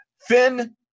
Finn